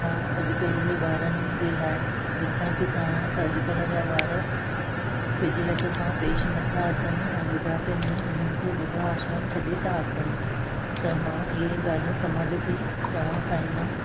मां अॼकल्ह जे ॿारनि जे लाइ लिखणु थी चाहिया त अॼकल्ह जा ॿार फिज़लति सां पेशु नथा अचनि ऐं बुढापे में उन्हनि खे बुढा आश्रम छॾे त अचनि त मां इहे ॻाल्हियूं समाज खे चवण चाहिंदमि